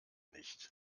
nicht